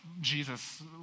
Jesus